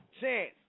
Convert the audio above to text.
Chance